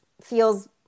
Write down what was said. feels